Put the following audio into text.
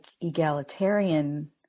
egalitarian